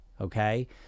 okay